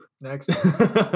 next